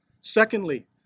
Secondly